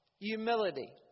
Humility